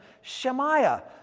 Shemaiah